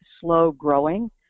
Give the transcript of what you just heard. slow-growing